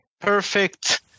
perfect